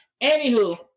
Anywho